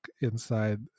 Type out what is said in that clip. inside